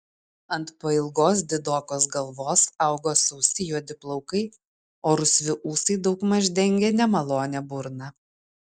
ant pailgos didokos galvos augo sausi juodi plaukai o rusvi ūsai daugmaž dengė nemalonią burną